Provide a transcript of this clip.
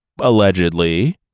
allegedly